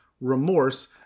remorse